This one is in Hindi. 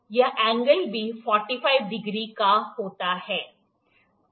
यह एंगल भी 45 डिग्री का होता है